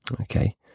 Okay